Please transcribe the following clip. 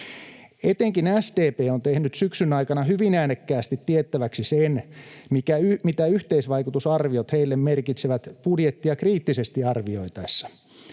Etenkin SDP on tehnyt syksyn aikana hyvin äänekkäästi tiettäväksi sen, mitä yhteisvaikutusarviot heille merkitsevät budjettia kriittisesti arvioitaessa.